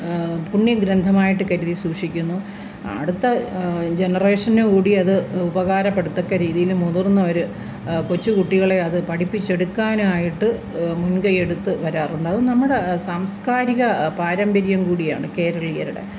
പുണ്യഗ്രന്ഥമായിട്ട് കരുതി സൂക്ഷിക്കുന്നു അടുത്ത ജെനറേഷനു കൂടി അത് ഉപകാരപ്പെടത്തക്ക രീതിയില് മുതിർന്നവര് കൊച്ചുകുട്ടികളെ അത് പഠിപ്പിച്ചെടുക്കാനായിട്ട് മുൻകൈയെടുത്ത് വരാറുണ്ട് അത് നമ്മുട സാംസ്കാരിക പാരമ്പര്യം കൂടിയാണ് കേരളീയരുടെ